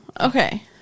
Okay